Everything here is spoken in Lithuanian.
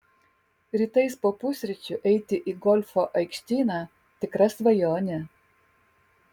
rytais po pusryčių eiti į golfo aikštyną tikra svajonė